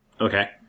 Okay